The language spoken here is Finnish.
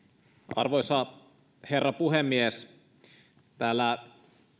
arvoisa herra puhemies täällä